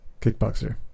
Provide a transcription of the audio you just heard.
Kickboxer